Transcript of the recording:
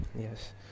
Yes